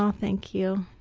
um thank you.